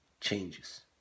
changes